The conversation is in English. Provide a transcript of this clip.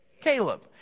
Caleb